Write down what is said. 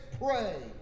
pray